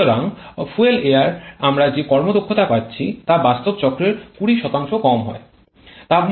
সুতরাং fuel air আমরা যে কর্মদক্ষতা পাচ্ছি তা বাস্তব চক্রে ২০ কম হয়